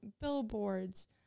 billboards